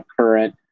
current